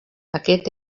aquest